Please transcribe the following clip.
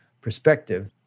perspective